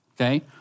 okay